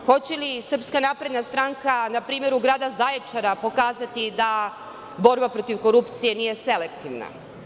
Hoće li SNS na primeru grada Zaječara pokazati da borba protiv korupcije nije selektivna.